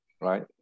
right